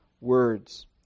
words